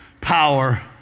power